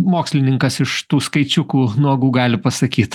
mokslininkas iš tų skaičiukų nuogų gali pasakyt